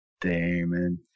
Damon